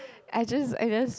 I just I just